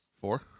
four